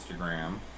Instagram